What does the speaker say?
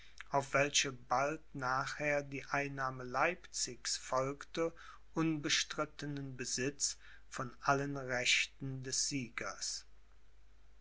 auf welche bald nachher die einnahme leipzigs folgte unbestrittenen besitz von allen rechten des siegers